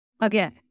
again